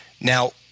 Now